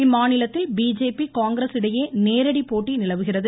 இம்மாநிலத்தில் பிஜேபி காங்கிரஸ் இடையே நேரடி போட்டி நிலவுகிறது